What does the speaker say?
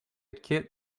kit